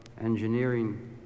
engineering